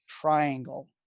triangle